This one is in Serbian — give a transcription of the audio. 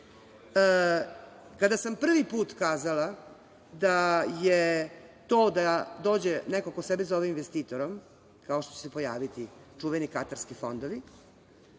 kada sam prvi put kazala da je to da dođe neko ko sebe zove investitorom, kao što će se pojaviti čuveni katarski fondovi,